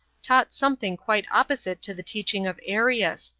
taught something quite opposite to the teaching of arius,